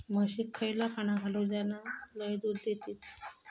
म्हशीक खयला खाणा घालू ज्याना लय दूध देतीत?